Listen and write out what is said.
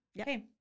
Okay